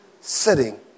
sitting